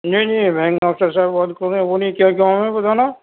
نہیں نہیں بینک آپ کے ساتھ بات کریں وہ نہیں کیا کہ ہمیں بتانا